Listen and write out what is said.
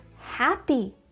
happy